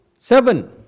Seven